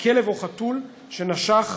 בכלב או חתול שנשך